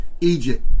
Egypt